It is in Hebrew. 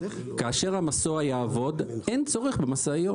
כאשר המסוע יעבוד אין צורך במשאיות.